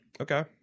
Okay